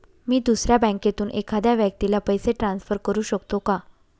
मी दुसऱ्या बँकेतून एखाद्या व्यक्ती ला पैसे ट्रान्सफर करु शकतो का?